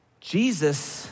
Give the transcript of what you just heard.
Jesus